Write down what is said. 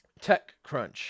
TechCrunch